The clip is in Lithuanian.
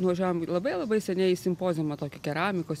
nuvažiavom į labai labai seniai į simpoziumą tokį keramikos